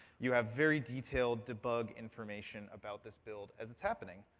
you have very detailed debug information about this build as it's happening.